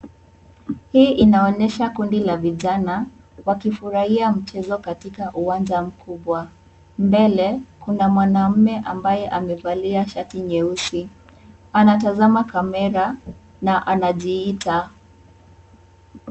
Hii inaonyesha kundi la vijana wakifurahia mchezo katika uwanja mkubwa mbele kuna mwanaume ambaye amevalia shati nyeusi anatazama kamera na anajiita.